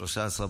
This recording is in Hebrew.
ישראל.